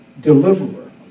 deliverer